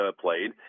played